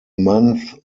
month